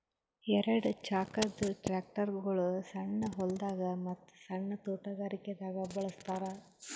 ಎರಡ ಚಾಕದ್ ಟ್ರ್ಯಾಕ್ಟರ್ಗೊಳ್ ಸಣ್ಣ್ ಹೊಲ್ದಾಗ ಮತ್ತ್ ಸಣ್ಣ್ ತೊಟಗಾರಿಕೆ ದಾಗ್ ಬಳಸ್ತಾರ್